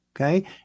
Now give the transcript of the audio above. okay